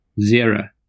Zero